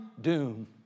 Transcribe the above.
doom